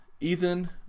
ethan